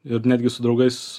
ir netgi su draugais